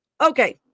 Okay